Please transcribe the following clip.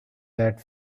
that